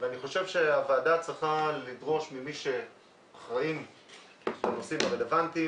אני חושב שהוועדה צריכה לדרוש ממי שאחראים לנושאים הרלוונטיים